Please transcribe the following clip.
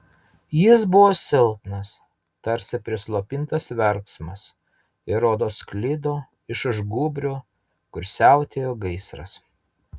jis buvo silpnas tarsi prislopintas verksmas ir rodos sklido iš už gūbrio kur siautėjo gaisras